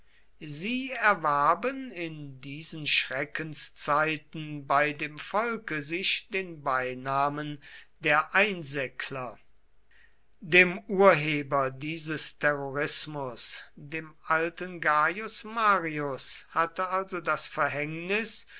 sie erwarben in diesen schreckenszeiten bei dem volke sich den beinamen der einsäckler dem urheber dieses terrorismus dem alten gaius marius hatte also das verhängnis